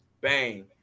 Bang